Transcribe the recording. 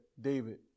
David